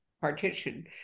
partition